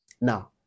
Now